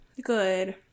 good